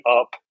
up